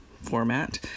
format